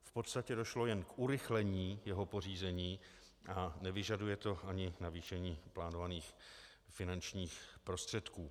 V podstatě došlo jen k urychlení jeho pořízení a nevyžaduje to ani navýšení plánovaných finančních prostředků.